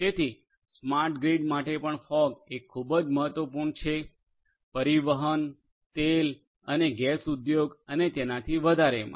તેથી smart grid માટે પણ ફોગએ ખૂબ જ મહત્વપૂર્ણ છે પરિવહન તેલ અને ગેસ ઉદ્યોગ અને તેથી વધારેમા